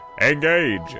Engage